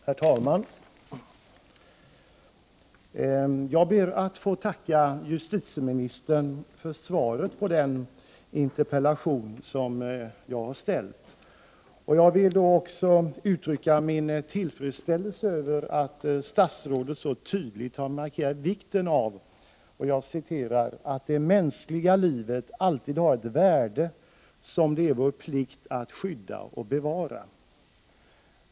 Herr talman! Jag ber att få tacka justitieministern för svaret på den interpellation som jag har framställt. Jag vill då också uttrycka min tillfredsställelse över att statsrådet så tydligt har markerat vikten av ”att det mänskliga livet alltid har ett värde som det är vår plikt att skydda och bevara”.